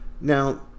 Now